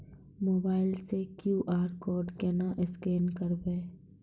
Mobile से QR code केना scan करबै?